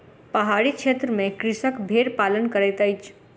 पहाड़ी क्षेत्र में कृषक भेड़ पालन करैत अछि